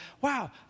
wow